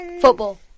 Football